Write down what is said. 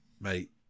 mate